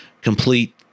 complete